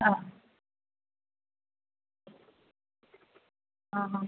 हां हां हां